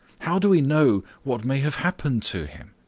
how do we know what may have happened to him?